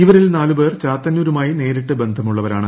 ഇവരിൽ നാലുപേർ ചാത്തന്നൂരുമായി നേരിട്ട് ബന്ധമുള്ളവരാണ്